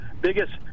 biggest